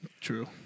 True